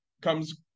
comes